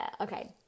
Okay